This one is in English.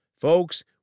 Folks